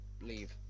leave